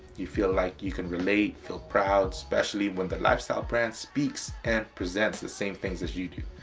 you feel like you can relate, feel proud, specially when the lifestyle brand speaks and presents the same things as you do.